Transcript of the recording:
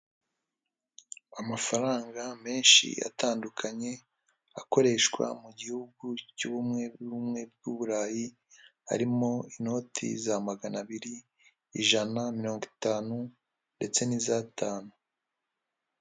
Amafaranga menshi atandukanye, akoreshwa mu gihugu cy'ubumwe n'ubumwe bw'uburayi, harimo inoti za magana abiri; ijana; mirongo itanu, ndetse niza atanu.